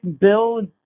build